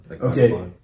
Okay